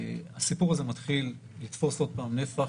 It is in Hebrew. הסיפור הזה מתחיל לתפוס עוד פעם נפח.